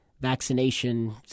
vaccination